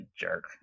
jerk